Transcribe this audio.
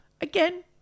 Again